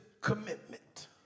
commitment